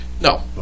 No